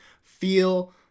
feel